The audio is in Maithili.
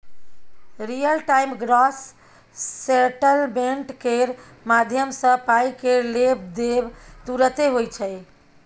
रियल टाइम ग्रॉस सेटलमेंट केर माध्यमसँ पाइ केर लेब देब तुरते होइ छै